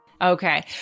Okay